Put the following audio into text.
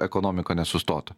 ekonomika nesustotų